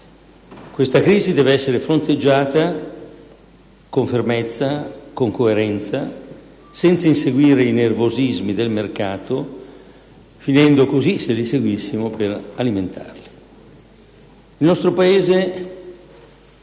Questa crisi deve essere fronteggiata con fermezza, con coerenza, senza inseguire i nervosismi del mercato finendo così, se li seguissimo, per alimentarla.